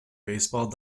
baseball